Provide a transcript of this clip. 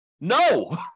No